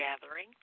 gathering